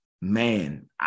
man